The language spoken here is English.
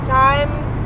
times